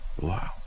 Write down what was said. Wow